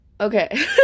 Okay